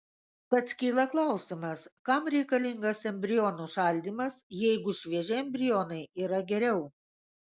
tad kyla klausimas kam reikalingas embrionų šaldymas jeigu švieži embrionai yra geriau